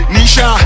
Nisha